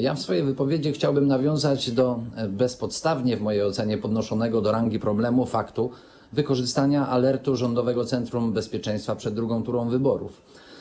Ja w swojej wypowiedzi chciałbym nawiązać do bezpodstawnie w mojej ocenie podnoszonego do rangi problemu faktu wykorzystania alertu Rządowego Centrum Bezpieczeństwa przed drugą turą wyborów.